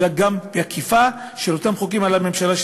אלא גם באכיפה של אותם חוקים על הממשלה,